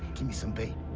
gimme some bait.